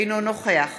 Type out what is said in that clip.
אינו נוכח